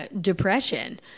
depression